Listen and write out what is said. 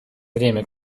время